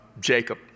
Jacob